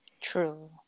True